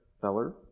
Feller